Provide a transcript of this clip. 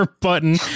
button